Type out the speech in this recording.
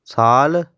ਸਾਲ